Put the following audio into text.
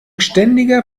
ständiger